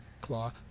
Claw